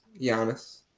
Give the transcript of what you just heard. Giannis